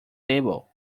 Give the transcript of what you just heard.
table